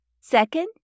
Second